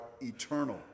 eternal